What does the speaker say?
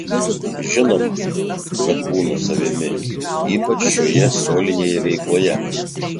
žinoma kad būnu savimi ypač šioje solinėje veikloje